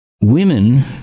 women